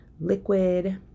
Liquid